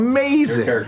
Amazing